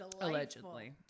allegedly